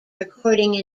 recording